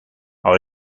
are